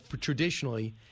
traditionally